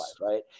right